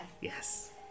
Yes